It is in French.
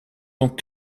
sont